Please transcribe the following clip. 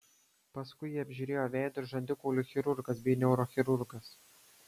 paskui jį apžiūrėjo veido ir žandikaulių chirurgas bei neurochirurgas